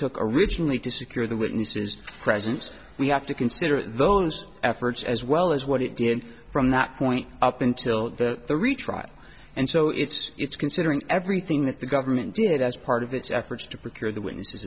took originally to secure the witnesses presence we have to consider those efforts as well as what it did from that point up until the retrial and so it's it's considering everything that the government did as part of its efforts to procure the witnesses